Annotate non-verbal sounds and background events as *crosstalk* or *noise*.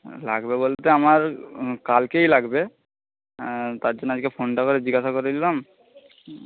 *unintelligible* লাগবে বলতে আমার *unintelligible* কালকেই লাগবে তার জন্য আজকে সন্ধ্যাবেলায় জিজ্ঞাসা করে নিলাম